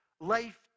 life